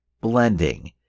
blending